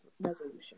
resolution